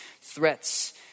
threats